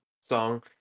...song